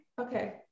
Okay